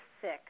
sick